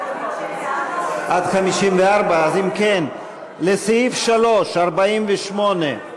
54. עד 54. אז אם כן, לסעיף 3, 48,